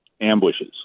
ambushes